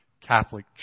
Catholic